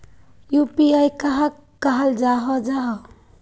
UPI कहाक कहाल जाहा जाहा?